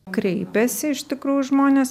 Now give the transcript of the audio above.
kreipiasi iš tikrųjų žmonės